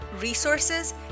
resources